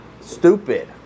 Stupid